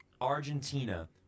Argentina